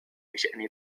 بشأن